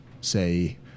say